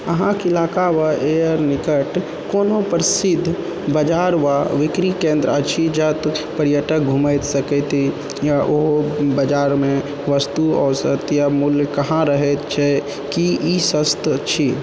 अहाँके इलाकामे एयरनिकट कोनो प्रसिद्ध बजार वऽ बिक्री केन्द्र अछि जत पर्यटक घुमैत सकैति या ओ बजारमे वस्तु औसत या मूल्य कहाँ रहैत छै की ई सस्त छी